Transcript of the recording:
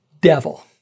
devil